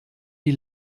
die